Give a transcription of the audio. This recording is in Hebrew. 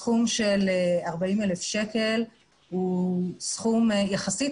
הסכום 40,000 שקל הוא נמוך יחסית